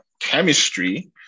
chemistry